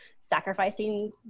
sacrificing